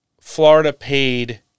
Florida-paid